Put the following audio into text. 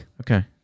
Okay